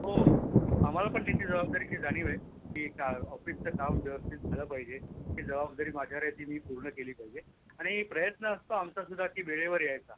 हो हो आम्हाला पण तिची जबाबदारीची जाणीव आहे की का ऑफिसचं काम व्यवस्थित झालं पाहिजे ही जबाबदारी माझ्यावर आहे ती मी पूर्ण केली पाहिजे आणि प्रयत्न असतो आमचा सुद्धा की वेळेवर यायचा